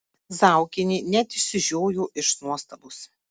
zaukienė net išsižiojo iš nuostabos